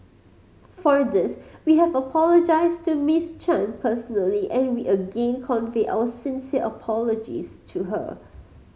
for this we have apologised to Miss Chan personally and we again convey our sincere apologies to her